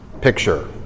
picture